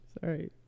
sorry